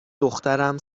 دخترم